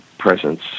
presence